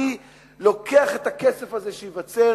אני לוקח את הכסף הזה שייווצר,